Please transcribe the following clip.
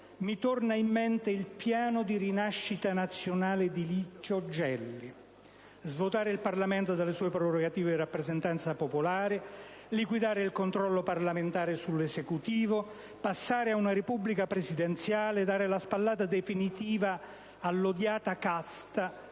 mi torna in mente il Piano di rinascita nazionale di Licio Gelli: svuotare il Parlamento delle sue prerogative di rappresentanza popolare, liquidare il controllo parlamentare sull'Esecutivo, passare ad una Repubblica presidenziale, dare la spallata definitiva alla odiata casta,